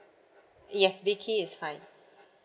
yes vicky is fine